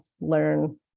learn